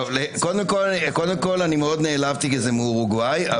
קודם כל, אני מאוד נעלבתי כי זה מאורוגואי.